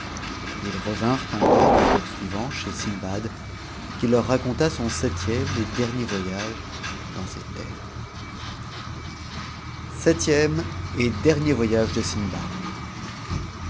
us revinrent le jour suivant hcx sindbad qui leur raconta son septième et dernier voyage dans ces t'mes septième et dernier voyage de stnubao